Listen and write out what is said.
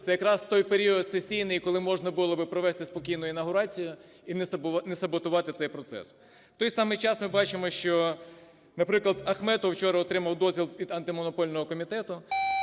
це якраз той період сесійний, коли можна було би провести спокійно інавгурацію і не саботувати цей процес. В той самий час, ми бачимо, що, наприклад, Ахметов вчора отримав дозвіл від Антимонопольного комітету